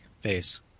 face